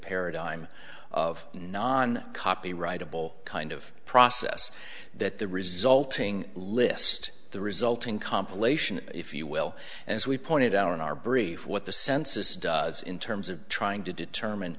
paradigm of non copyrightable kind of process that the resulting list the resulting compilation if you will as we pointed out in our brief what the census does in terms of trying to determine